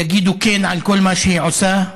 יגידו כן על כל מה שהיא עושה,